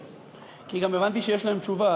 כי גם הבנתי שיש להם תשובה,